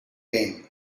pain